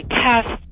test